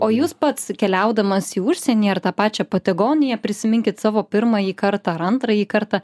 o jūs pats keliaudamas į užsienį ar tą pačią patagoniją prisiminkit savo pirmąjį kartą ar antrąjį kartą